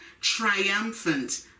triumphant